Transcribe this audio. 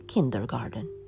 Kindergarten